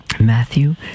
Matthew